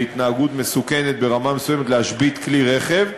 בהתנהגות מסוכנת ברמה מסוימת להשבית כלי רכב.